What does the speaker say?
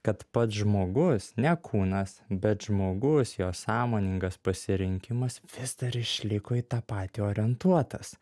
kad pats žmogus ne kūnas bet žmogus jo sąmoningas pasirinkimas vis dar išliko į tą patį orientuotas